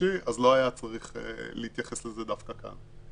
שלישי אז לא היה צריך להתייחס לזה דווקא כאן.